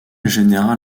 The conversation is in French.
général